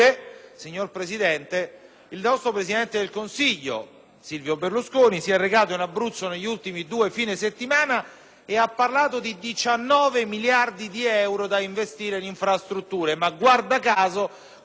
Silvio Berlusconi si è recato in Abruzzo negli ultimi due fine settimana e ha parlato di 19 miliardi di euro da investire in infrastrutture; ma - guarda caso - quando abbiamo proposto emendamenti di valore molto, molto inferiore